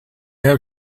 have